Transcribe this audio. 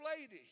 lady